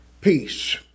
Peace